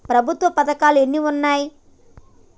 ప్రభుత్వ పథకాలు ఎన్ని ఉన్నాయి?